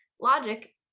logic